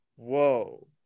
whoa